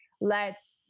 lets